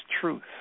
truth